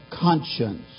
conscience